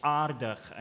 aardig